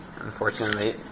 unfortunately